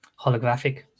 holographic